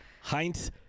Heinz